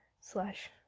slash